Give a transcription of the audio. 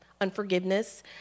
unforgiveness